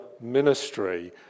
ministry